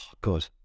God